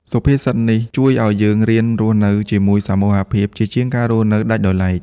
សុភាសិតនេះជួយឱ្យយើងរៀនរស់នៅជាសមូហភាព ជាជាងការរស់នៅដាច់ដោយឡែក។